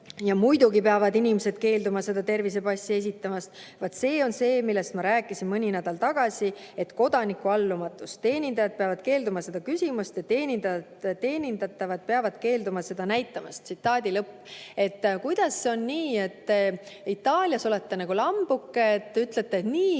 "Muidugi peavad inimesed keelduma seda tervisepassi esitamast. Vaat see on see, millest ma rääkisin mõni nädal tagasi, et kodanikuallumatus. Teenindajad peavad keelduma seda küsimast ja teenindatavad peavad keelduma seda näitamast." Tsitaadi lõpp. Kuidas on nii, et Itaalias olete nagu lambuke? Te ütlete nii,